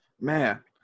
Man